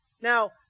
Now